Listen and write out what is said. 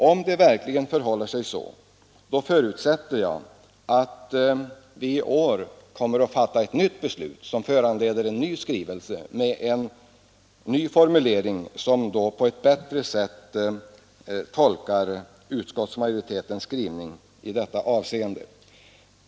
Om det verkligen förhåller sig så, förutsätter jag att riksdagen i år kommer att fatta ett nytt beslut som föranleder en ny skrivelse med en annan formulering, som på ett bättre sätt tolkar utskottsmajoritetens skrivning i detta avseende.